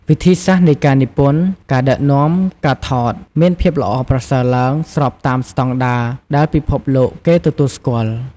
វិធីសាស្ត្រនៃការនិពន្ធ ការដឹកនាំ ការថត មានភាពល្អប្រសើរឡើង ស្របតាមស្តង់ដារដែលពិភពលោកគេទទួលស្គាល់។